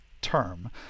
term